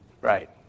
Right